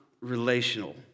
relational